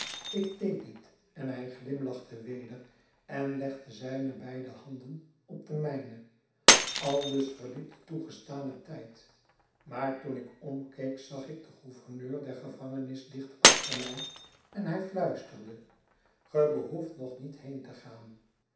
ik deed dit en hij glimlachte weder en legde zijne beide handen op de mijne aldus verliep de toegestane tijd maar toen ik omkeek zag ik den gouverneur der gevangenis dicht achter mij en hij fluisterde ge behoeft nog niet heen te gaan